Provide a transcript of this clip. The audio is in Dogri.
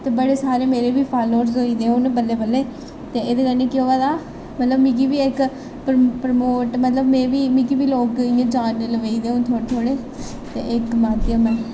ते बड़े सारे मेरे बी फालोअरस होई गेदे हून बल्लें बल्लें ते एह्दे कन्नै केह् होवा दा मतलब मिगी बी इक प्रमो प्रमोट मतलब मे बी मिकी बी लोक इ'यां जानन लग्गी पेदे हून थोह्ड़े थोह्ड़े ते एह् इक माध्यम ऐ